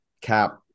cap